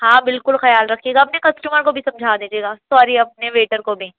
ہاں بالکل خیال رکھیے گا اپنے کسٹمر کو بھی سمجھا دیجیے گا سوری اپنے ویٹر کو بھی